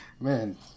Man